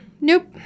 Nope